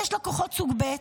ויש לקוחות סוג ב'